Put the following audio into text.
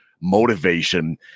motivation